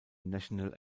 national